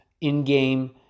in-game